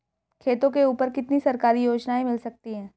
खेतों के ऊपर कितनी सरकारी योजनाएं मिल सकती हैं?